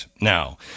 Now